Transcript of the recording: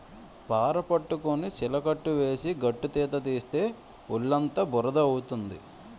పార పట్టుకొని చిలకట్టు వేసి గట్టుతీత తీస్తే ఒళ్ళుఅంతా బురద అవుతుంది